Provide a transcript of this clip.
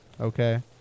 Okay